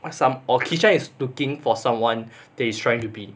some or kishan is looking for someone that is trying to be